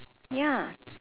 ya